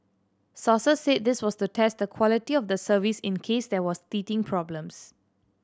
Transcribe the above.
sources said this was to test the quality of the service in case there was teething problems